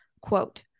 quote